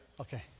Okay